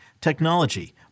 technology